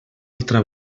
altra